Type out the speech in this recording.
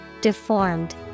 Deformed